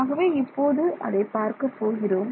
ஆகவே இப்போது அதைப் பார்க்கப் போகிறோம்